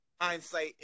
hindsight